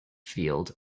field